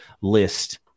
list